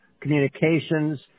communications